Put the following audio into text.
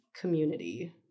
community